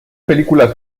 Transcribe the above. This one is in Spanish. películas